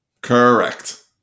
Correct